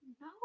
no